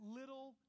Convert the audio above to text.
little